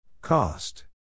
Cost